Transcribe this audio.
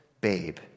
babe